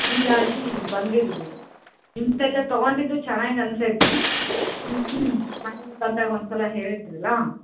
ಹಿಂಗಾಗಿ ಬಂದಿಲ್ಲ ರೀ ನಿಮ್ಮಲ್ಲೇ ತೊಗೊಂಡಿದ್ದು ಚೆನ್ನಾಗಿ ಅನ್ಸೈತೆ ರೀ ಮನೆಗೆ ಬಂದಾಗ ಒಂದು ಸಲ ಹೇಳಿದ್ರಲ್ಲ